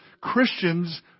Christians